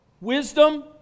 wisdom